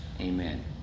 Amen